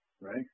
right